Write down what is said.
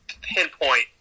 pinpoint